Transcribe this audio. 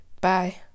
bye